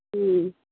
ᱦᱩᱸ